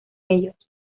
ellos